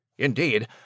Indeed